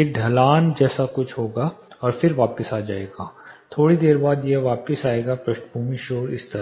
एक ढलान होगा और फिर वापस आ जाएगा थोड़ी देर बाद यह वापस आएगा पृष्ठभूमि शोर स्तर